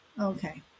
Okay